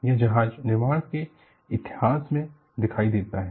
यह जहाज निर्माण के इतिहास में दिखाई देता है